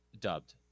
dubbed